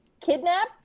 kidnapped